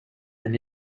then